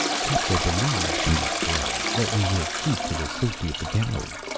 kepta believes, mused thrala, that we will keep to the safety of the gallery.